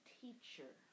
teacher